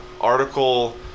article